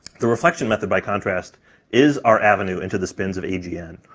the reflection method by contrast is our avenue into the spins of agn,